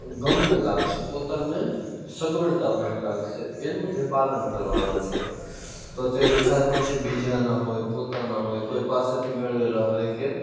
ગમ્ય લાગશે પોતાને સગવડતાભર્યું લાગશે એનું જ એ પાલન કરવાનો છે તો તે વિચાર પછી બીજાના હોય પોતાના હોય કોઈ પાસેથી મેળવેલા હોય કે